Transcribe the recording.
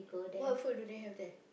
what food do they have there